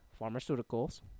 pharmaceuticals